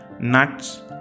nuts